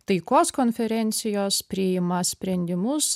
taikos konferencijos priima sprendimus